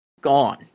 gone